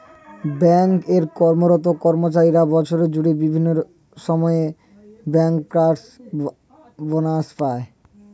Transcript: bank এ কর্মরত কর্মচারীরা বছর জুড়ে বিভিন্ন সময়ে ব্যাংকার্স বনাস পায়